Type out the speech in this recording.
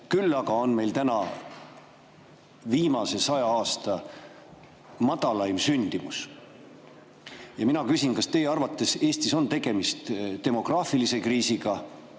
Küll aga on meil nüüd viimase 100 aasta madalaim sündimus. Mina küsin, kas teie arvates on Eestis tegemist demograafilise kriisiga